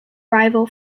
rival